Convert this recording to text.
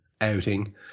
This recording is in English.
outing